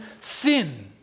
sin